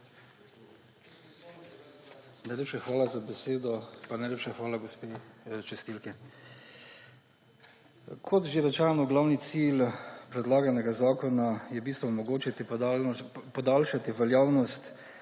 Najlepša hvala za besedo. Pa najlepša hvala gospe čistilki. Kot že rečeno, glavni cilj predlaganega zakona je v bistvu omogočiti podaljšanje veljavnost